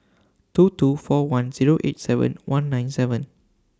two two four one Zero eight seven one nine seven